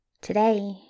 Today